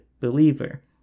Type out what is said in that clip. believer